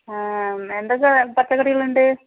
എന്തൊക്കെ പച്ചക്കറികളുണ്ട്